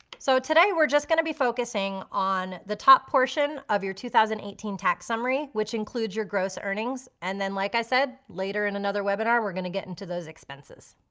so today we're just gonna be focusing on the top portion of your two thousand and eighteen tax summary which includes your gross earnings. and then, like i said, later in another webinar we're gonna get into those expenses.